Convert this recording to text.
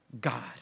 God